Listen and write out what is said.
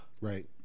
right